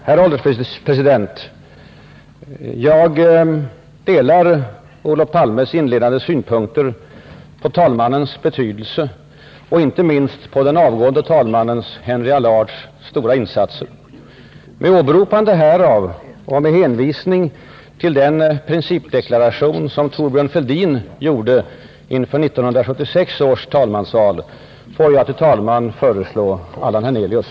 Herr ålderspresident! Jag delar Olof Palmes inledande synpunkter på talmannens betydelse och inte minst på den avgående talmannens, Henry Allards, stora insatser. Med åberopande härav och med hänvisning till den principdeklaration som Thorbjörn Fälldin gjorde inför 1976 års talmansval får jag till talman föreslå Allan Hernelius.